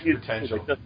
potential